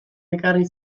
ekarri